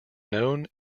known